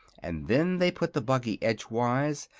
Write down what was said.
and then they put the buggy edgewise,